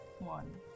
One